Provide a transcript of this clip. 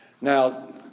Now